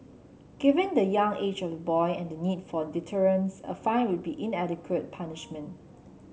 given the young age of the boy and the need for deterrence a fine would be an inadequate punishment